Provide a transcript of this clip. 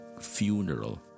funeral